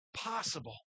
possible